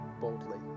boldly